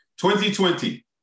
2020